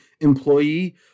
employee